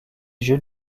jeux